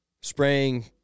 Spraying